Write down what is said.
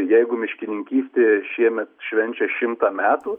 jeigu miškininkystė šiemet švenčia šimtą metų